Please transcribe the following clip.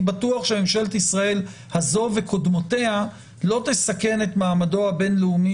אני בטוח שממשלת ישראל הזו וקודמותיה לא תסכן את מעמדו הבין-לאומי